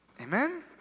amen